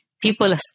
people